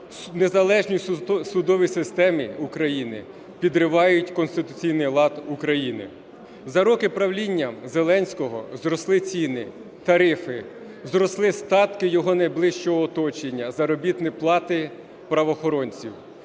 незалежній судовій системі України, підривають конституційний лад України. За роки правління Зеленського зросли ціни, тарифи, зросли статки його найближчого оточення, заробітні плати правоохоронців.